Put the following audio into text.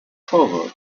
forward